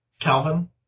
Calvin